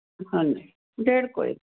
ਹਾਂਜੀ ਡੇਢ ਕ ਹੋਏ